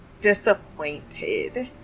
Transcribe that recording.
disappointed